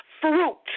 fruit